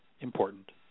important